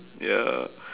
ya